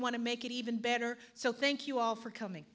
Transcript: want to make it even better so thank you all for coming